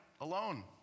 alone